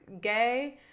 gay